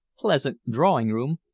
pleasant drawing-room,